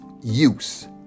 use